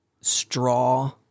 straw